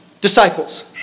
disciples